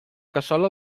cassola